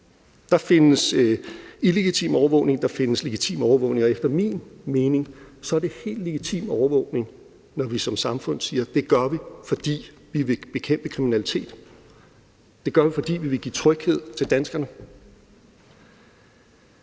Der findes illegitim overvågning, der findes legitim overvågning, og efter min mening er det helt legitim overvågning, når vi som samfund siger: Det gør vi, fordi vi vil bekæmpe kriminalitet. Det gør vi, fordi vi vil give tryghed til danskerne.